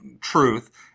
truth